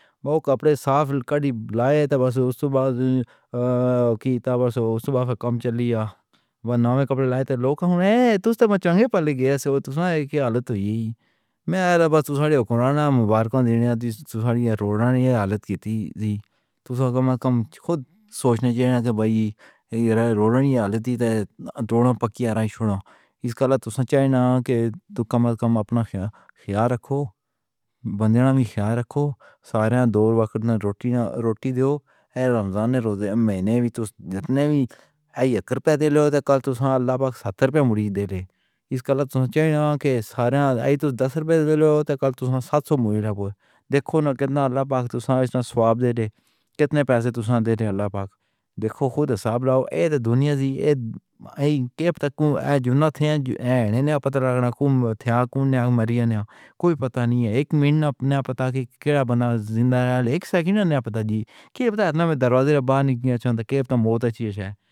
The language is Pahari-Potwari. لوک کپڑے صاف کر لائے تاں بس اوہدے بعد، اااہ دی تبسّو کم چلی جا۔ بناؤے کپڑے لائے اتھے لوک ہوئے اےااہ توں تاں چانگھے پلک اے سو توں دی حالت تاں ایہہ ہی، میں تاں بس توں ساریہہ کورونا نوں مبارکباد دین والی توں ساڑی روڑے دی حالت کیتی سی۔ توں کم کم خود سوچ جاے تاں بھائی رولا دی حالت تے ڈولوں پکی ہرائی چھوڑو۔ اس گلہ توں شاید نا کے توں کما کم اپنا خیال، خیال رکھو۔ بندے نا وی خیال رکھو۔ سارے دور وقت نے روٹی نے روٹی دو۔ اے رمضان نے روزے، مہینے وی دوسرے وی آئی کر پے دے لو اتے کل توں اللہ پاک ستّرو روپے مرید دے لے۔ اس گلہ توں چنتا دے سارے ایہہ تاں دس روپے دے لو تاں کل توں سات سو مرید ہے۔ دیکھو ناں کتنا اللہ پاک ثواب دے رہیا۔ کتنے پیسے توں دے رہے اللہ پاک۔ دیکھو خود حساب لاؤ۔ اے تا دنیا جی ایہہ دے پتا کو اے جو ناں تھیا ناں پتا رکھنا۔ کم تھیا کو انصاف مریا ناں۔ کوئی پتا نئیں اے۔ اک منٹ نئیں پتا کہ کیہڑا بندا زندہ اے۔ اک سیکنڈ پتا نئیں کہ کسے نے دروازے دے باہر نکالا تاں موت اچانک۔